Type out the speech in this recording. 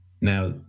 Now